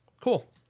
Cool